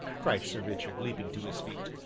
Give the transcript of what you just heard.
cried sir richard, leaping to his feet,